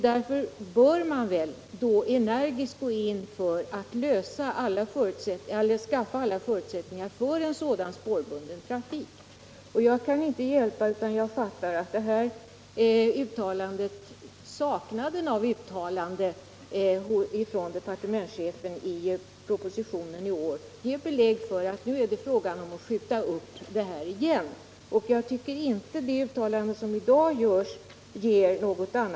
Därför bör man energiskt gå in för att åstadkomma alla förutsättningar för en spårbunden trafik. Avsaknaden av uttalande från departementschefen i propositionen i år ger belägg för att det nu är fråga om att skjuta upp saken igen —jag kan inte hjälpa att jag uppfattar det så.